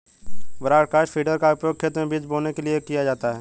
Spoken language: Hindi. ब्रॉडकास्ट फीडर का उपयोग खेत में बीज बोने के लिए किया जाता है